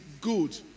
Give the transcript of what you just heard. good